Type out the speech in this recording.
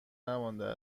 نمانده